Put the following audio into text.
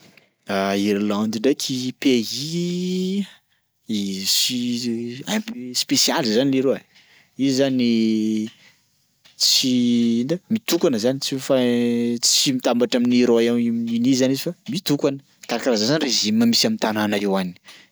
Irlande ndraiky pays isu- un peu spesialy zany leroa e, izy zany tsy ino, mitokana zany tsy mifa- tsy mitambatra amin'ny Royaume-Uni zany izy fa mitokana karakaraha zay zany régime misy am'tanàna io any.